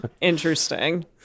Interesting